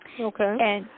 okay